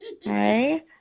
Hey